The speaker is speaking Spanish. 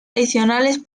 adicional